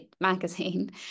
magazine